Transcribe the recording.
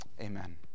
Amen